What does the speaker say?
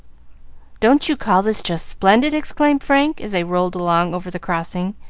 don't you call this just splendid? exclaimed frank, as they rolled along over the crossing,